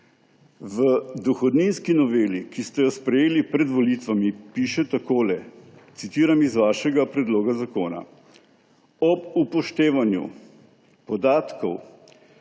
V dohodninski noveli, ki ste jo sprejeli pred volitvami, piše takole, citiram iz vašega predloga zakona: »Ob upoštevanju podatkov